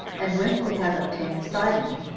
and when he had obtained sidon,